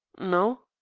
no.